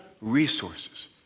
resources